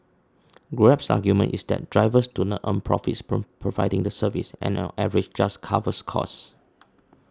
grab's argument is that drivers do not earn profits from providing the service and on average just covers costs